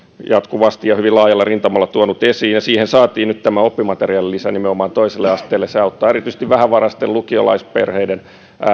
jatkuvasti ja hyvin laajalla rintamalla tuonut esiin ja siihen saatiin nyt tämä oppimateriaalilisä nimenomaan toiselle asteelle se auttaa erityisesti vähävaraisten lukiolaisperheiden